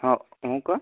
हो हो का